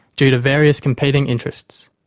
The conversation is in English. due to various competing interests.